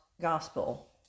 gospel